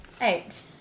eight